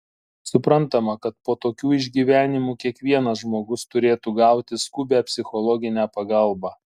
suprantama kad po tokių išgyvenimų kiekvienas žmogus turėtų gauti skubią psichologinę pagalbą